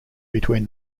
between